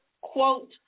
quote